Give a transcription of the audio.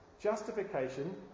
justification